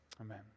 amen